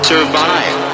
Survive